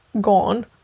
gone